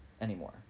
anymore